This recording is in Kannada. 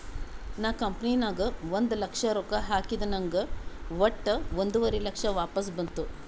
ನಾ ಕಂಪನಿ ನಾಗ್ ಒಂದ್ ಲಕ್ಷ ರೊಕ್ಕಾ ಹಾಕಿದ ನಂಗ್ ವಟ್ಟ ಒಂದುವರಿ ಲಕ್ಷ ವಾಪಸ್ ಬಂತು